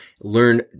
learn